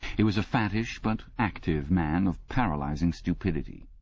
he was a fattish but active man of paralysing stupidity,